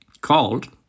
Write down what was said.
called